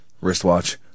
Wristwatch